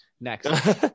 next